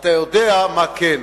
אתה יודע מה כן.